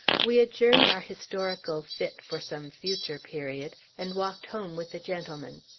we adjourned our historical fit for some future period, and walked home with the gentlemen.